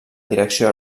direcció